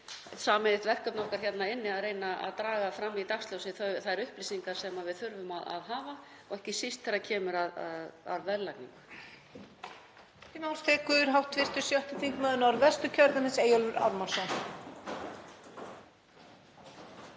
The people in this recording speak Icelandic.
sameiginlegt verkefni okkar hér inni að reyna að draga fram í dagsljósið þær upplýsingar sem við þurfum að hafa, ekki síst þegar kemur að verðlagningu.